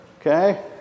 okay